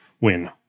win